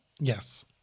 Yes